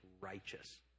righteous